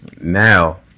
now